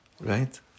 Right